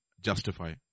justify